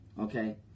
okay